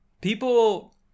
People